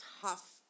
tough